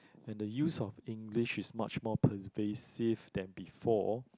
and the use of English is much more pervasive than before